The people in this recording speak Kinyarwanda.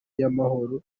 y’amahoro